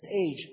age